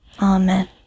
Amen